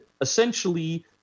essentially